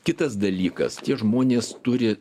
kitas dalykas tie žmonės turi